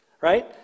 right